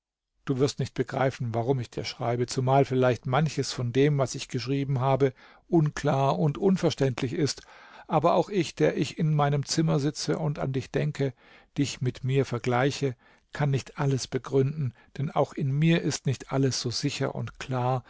du wirst nicht begreifen warum ich dir schreibe zumal vielleicht manches von dem was ich geschrieben habe unklar und unverständlich ist aber auch ich der ich in meinem zimmer sitze und an dich denke dich mit mir vergleiche kann nicht alles begründen denn auch in mir ist nicht alles so sicher und klar